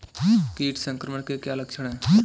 कीट संक्रमण के क्या क्या लक्षण हैं?